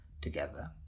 together